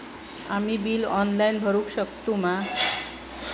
आम्ही bill online भरुक शकतू मा?